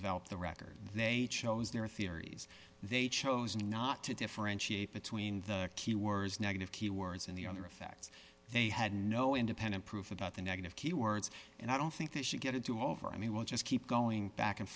develop the record they chose their theories they chose not to differentiate between the keywords negative keywords and the other effects they had no independent proof about the negative keywords and i don't think that should get into over i mean we'll just keep going back and